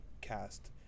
cast